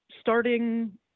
starting